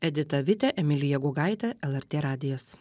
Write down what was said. edita vitė emilija gugaitė lrt radijas